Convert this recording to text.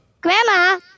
Grandma